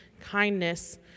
kindness